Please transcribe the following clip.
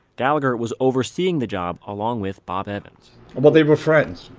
gallagher was overseeing the job along with bob evans well they were friends.